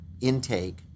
intake